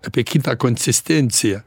apie kitą konsistenciją